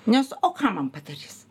nes o ką man padarys